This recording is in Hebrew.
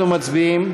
אנחנו מצביעים.